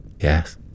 Yes